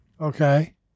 okay